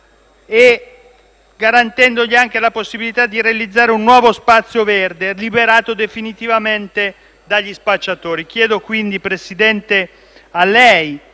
e garantendo anche la possibilità di realizzare un nuovo spazio verde, liberato definitivamente dagli spacciatori. Le chiedo quindi, signor Presidente, di